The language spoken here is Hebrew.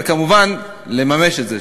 וכמובן לממש את זה,